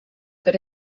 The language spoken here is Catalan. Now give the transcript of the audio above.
per